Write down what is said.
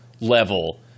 level